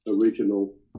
original